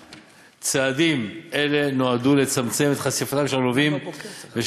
צעדים אלה נועדו לצמצם את חשיפתם של הלווים ושל